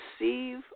receive